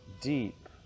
deep